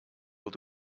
will